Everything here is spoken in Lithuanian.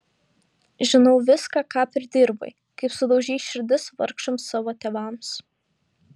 žinau viską ką pridirbai kaip sudaužei širdis vargšams savo tėvams